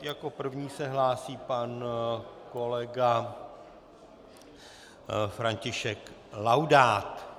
Jako první se hlásí pan kolega František Laudát.